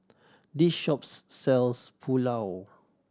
this shops sells Pulao